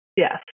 Yes